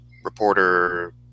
Reporter